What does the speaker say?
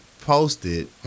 posted